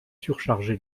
surchargé